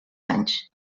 anys